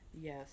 Yes